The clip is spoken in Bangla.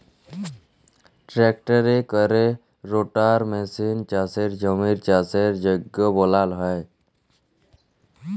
ট্রাক্টরে ক্যরে রোটাটার মেসিলে চাষের জমির চাষের যগ্য বালাল হ্যয়